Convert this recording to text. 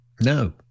No